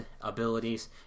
abilities